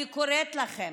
אני קוראת לכם,